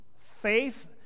faith